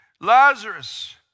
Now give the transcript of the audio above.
Lazarus